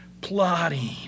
plotting